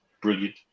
brilliant